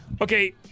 Okay